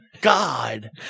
God